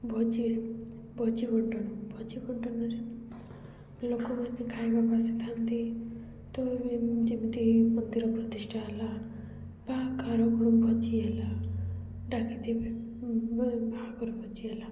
ଭୋଜିରେ ଭୋଜି ବଣ୍ଟନ ଭୋଜି ବଣ୍ଟନରେ ଲୋକମାନେ ଖାଇବାକୁ ଆସିଥାନ୍ତି ତ ଯେମିତି ମନ୍ଦିର ପ୍ରତିଷ୍ଠା ହେଲା ବା କାହାର କ'ଣ ଭୋଜି ହେଲା ଡାକିଥିବେ ବାହାଘର ଭୋଜି ହେଲା